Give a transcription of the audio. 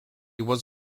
was